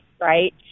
Right